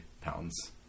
pounds